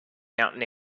mountain